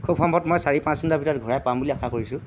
খুব সম্ভৱ মই চাৰি পাঁচ দিনৰ ভিতৰত ঘূৰাই পাম বুলি আশা কৰিছোঁ